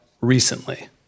recently